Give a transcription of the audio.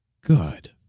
Good